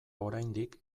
oraindik